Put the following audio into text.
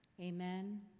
Amen